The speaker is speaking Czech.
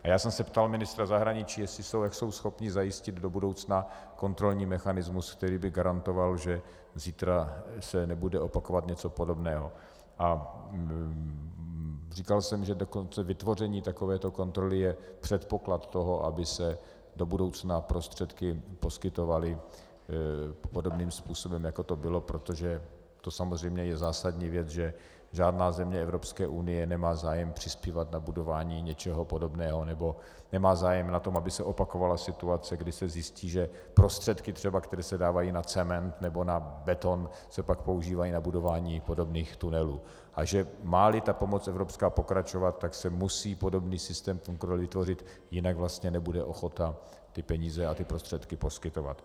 Já jsem se ptal ministra zahraničí, jak jsou schopni zajistit do budoucna kontrolní mechanismus, který by garantoval, že zítra se nebude opakovat něco podobného, a říkal jsem, že dokonce vytvoření takovéto kontroly je předpoklad toho, aby se do budoucna prostředky poskytovaly podobným způsobem, jako to bylo, protože to samozřejmě je zásadní věc, že žádná země EU nemá zájem přispívat na budování něčeho podobného, nebo nemá zájem na tom, aby se opakovala situace, kdy se zjistí, že třeba prostředky, které se dávají na cement nebo na beton, se pak používají na budování podobných tunelů, a že máli evropská pomoc pokračovat, tak se musí podobný systém kontroly vytvořit, jinak vlastně nebude ochota peníze a prostředky poskytovat.